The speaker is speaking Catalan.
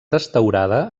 restaurada